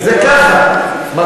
זה לא המספרים האלה.